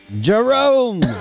Jerome